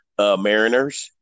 Mariners